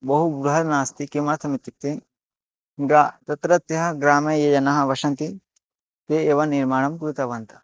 बहु बृहन्नास्ति किमर्थमित्युक्ते द तत्रत्यः ग्रामे ये जनाः वसन्ति ते एव निर्माणं कृतवन्तः